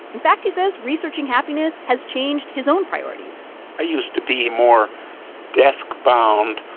in fact, he says, researching happiness has changed his own priorities i used to be more desk-bound,